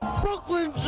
Brooklyn